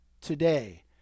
today